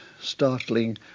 startling